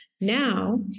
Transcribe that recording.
Now